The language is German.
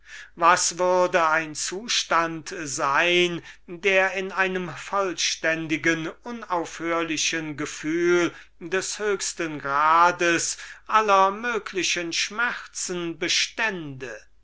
was würd ein zustand sein der in einem vollständigen unaufhörlichen gefühl des höchsten grades aller möglichen schmerzen bestünde